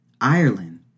Ireland